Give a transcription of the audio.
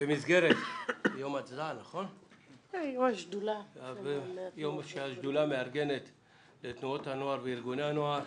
במסגרת יום השדולה המארגנת את תנועות הנוער וארגוני הנוער